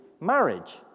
marriage